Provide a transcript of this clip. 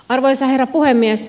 arvoisa herra puhemies